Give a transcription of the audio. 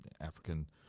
african